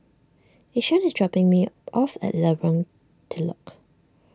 Ishaan is dropping me off at Lorong Telok